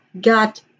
got